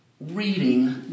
Reading